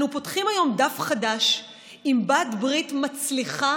אנו פותחים היום דף חדש עם בעלת ברית מצליחה